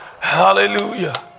Hallelujah